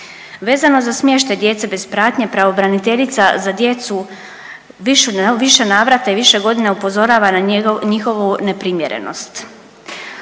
Vezano za smještaj djece bez pratnje pravobraniteljica za djecu u više navrata i više godina upozorava na njihovu neprimjerenost.